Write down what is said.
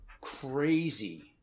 crazy